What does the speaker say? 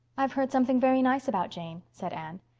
i've heard something very nice about jane, said anne.